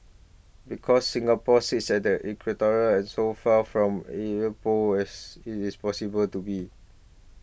because Singapore sits at the equator as so far from either pole as it is possible to be